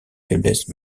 faiblesses